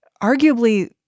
arguably